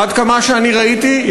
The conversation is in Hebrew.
עד כמה שאני ראיתי,